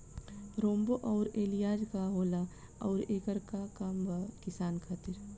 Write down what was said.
रोम्वे आउर एलियान्ज का होला आउरएकर का काम बा किसान खातिर?